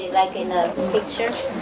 like in the picture.